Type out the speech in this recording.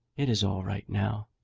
it is all right now.